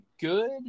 good